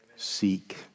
Seek